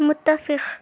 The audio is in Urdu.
متفق